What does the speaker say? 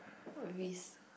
what risk